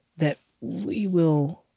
that we will